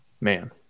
man